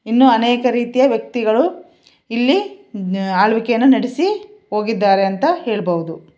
ಇನ್ನೂ ಅನೇಕ ರೀತಿಯ ವ್ಯಕ್ತಿಗಳು ಇಲ್ಲಿ ಆಳ್ವಿಕೆಯನ್ನು ನಡೆಸಿ ಹೋಗಿದ್ದಾರೆ ಅಂತ ಹೇಳ್ಬೌದು